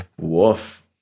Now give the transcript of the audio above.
Woof